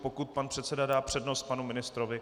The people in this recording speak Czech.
Pokud pan předseda dá přednost panu ministrovi?